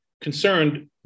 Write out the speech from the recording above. concerned